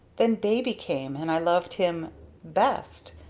then baby came and i loved him best?